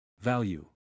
Value